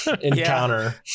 encounter